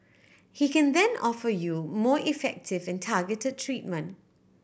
he can then offer you more effective and targeted treatment